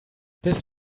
this